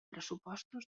pressupostos